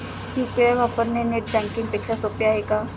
UPI वापरणे net banking पेक्षा सोपे आहे का?